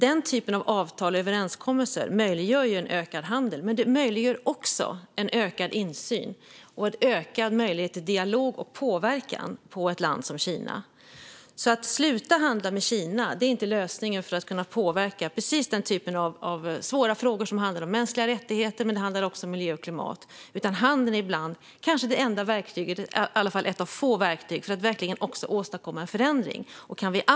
Denna typ av avtal och överenskommelser möjliggör en ökad handel men också en ökad insyn och en ökad möjlighet till dialog och påverkan på Kina. Att sluta handla med Kina är inte lösningen när det gäller att påverka i svåra frågor om mänskliga rättigheter samt miljö och klimat, utan handeln är ett av få verktyg för att verkligen åstadkomma förändring.